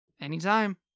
Anytime